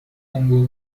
کنگو